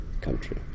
country